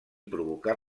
provocar